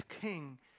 king